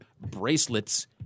bracelets